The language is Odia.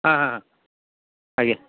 ହଁ ହଁ ହଁ ଆଜ୍ଞା